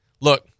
Look